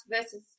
versus